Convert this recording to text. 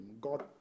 God